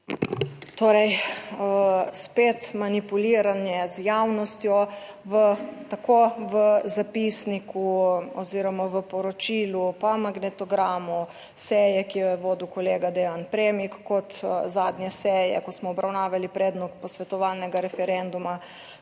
Torej spet manipuliranje z javnostjo. Tako v zapisniku oziroma v poročilu, po magnetogramu seje, ki jo je vodil kolega Dejan Premik, kot zadnje seje, ko smo obravnavali predlog posvetovalnega referenduma,